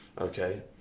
Okay